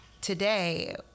Today